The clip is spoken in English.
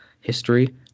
history